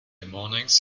mornings